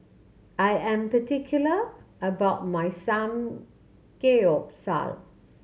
I am particular about my Samgeyopsal